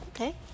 Okay